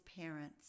parents